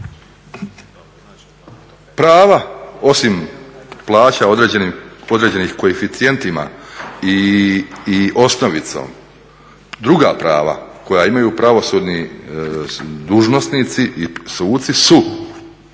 Prava, osim plaća određenim koeficijentima i osnovicom. Druga prava koja imaju pravosudni dužnosnici i suci,